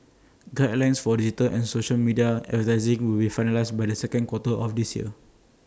guidelines for digital and social media advertising will be finalised by the second quarter of this year